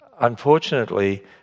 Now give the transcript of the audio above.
unfortunately